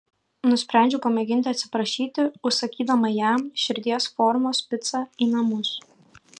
nusprendžiau pamėginti atsiprašyti užsakydama jam širdies formos picą į namus